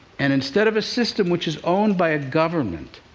and instead of a system which is owned by a government,